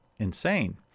Insane